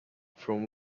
from